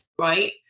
right